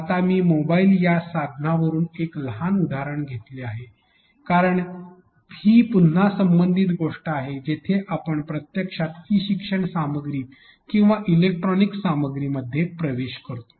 आता मी मोबाइल या साधना वरून एक लहान उदाहरण घेतले आहे कारण ही पुन्हा संबंधित गोष्ट आहे जिथे आपण प्रत्यक्षात ई शिक्षण सामग्री किंवा इलेक्ट्रॉनिक सामग्रीमध्ये प्रवेश करतो